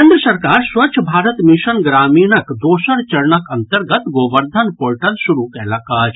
केन्द्र सरकार स्वच्छ भारत मिशन ग्रामीणक दोसर चरणक अन्तर्गत गोवर्धन पोर्टल शुरू कयलक अछि